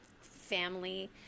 family